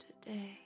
today